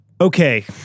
okay